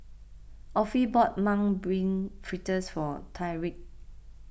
Offie bought Mung Bean Fritters for Tyrik